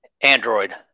Android